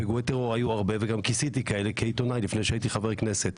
ופיגועי טרור היו הרבה וגם כיסיתי כאלה כעיתונאי לפני שהייתי חבר כנסת.